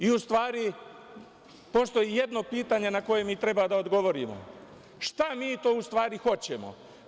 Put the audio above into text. U stvari, postoji jedno pitanje na koje mi treba da odgovorimo – šta mi to u stvari hoćemo?